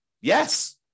Yes